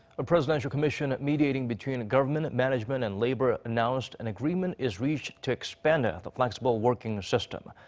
a presidential commission mediating between government, management and labor. announced, an agreement is reached to expand ah the flexible working system.